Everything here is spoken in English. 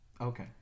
Okay